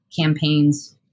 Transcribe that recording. campaigns